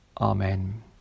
Amen